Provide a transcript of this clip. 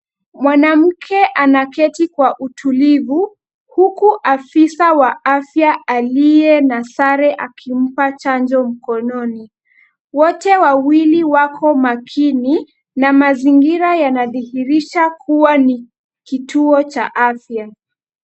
Mwanamke anaketi kwa utulivu, huku afisa wa afya aliye na sare akimpa chanjo mkononi. Wote wawili wako makini, na mazingira yanadhihirisha kuwa ni kituo cha afya.